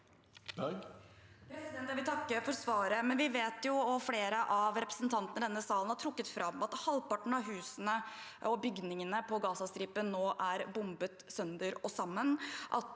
Jeg vil takke for svaret. Vi vet jo – og flere av representantene i denne salen har trukket fram – at halvparten av husene og bygningene på Gazastripen nå er bombet sønder og sammen,